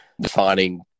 defining